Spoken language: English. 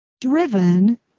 driven